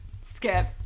Skip